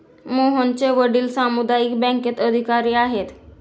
मोहनचे वडील सामुदायिक बँकेत अधिकारी आहेत